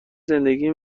زندگی